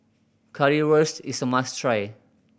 Currywurst is a must try